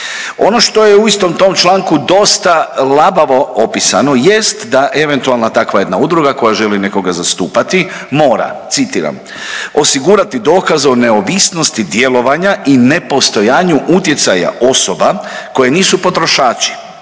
Ono što je u istom tom članku dosta labavo opisano jest da eventualna takva jedna udruga koja želi nekoga zastupati mora citiram „Osigurati dokaz o neovisnosti djelovanja i nepostojanju utjecaja osoba koje nisu potrošači